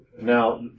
Now